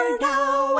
now